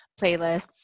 playlists